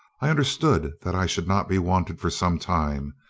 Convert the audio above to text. i understood that i should not be wanted for some time,